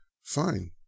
Fine